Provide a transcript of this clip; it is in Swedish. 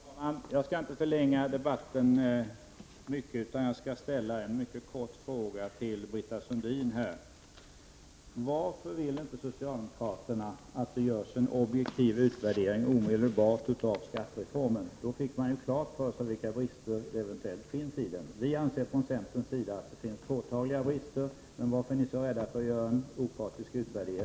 Herr talman! Jag skall inte förlänga debatten ytterligare. Jag vill bara fråga Britta Sundin: Varför vill socialdemokraterna inte att det omedelbart görs en objektiv utvärdering av skattereformen? Om en sådan gjordes, skulle eventuella brister kunna upptäckas. Vi i centern anser, som sagt, att det finns påtagliga brister.